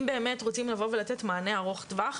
אם באמת רוצים לתת מענה ארוך טווח,